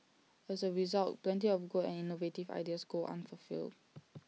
as A result plenty of good and innovative ideas go unfulfilled